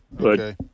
Okay